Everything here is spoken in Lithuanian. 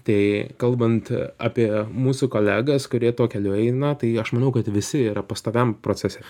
tai kalbant apie mūsų kolegas kurie tuo keliu eina tai aš manau kad visi yra pastoviam procese